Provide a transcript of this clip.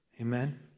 Amen